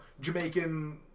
Jamaican